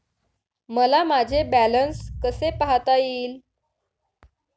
मला माझे बॅलन्स कसे पाहता येईल?